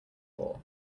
floor